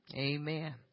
Amen